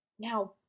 Now